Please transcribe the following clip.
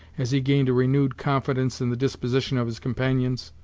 as he gained a renewed confidence in the disposition of his companions.